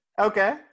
Okay